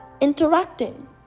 interacting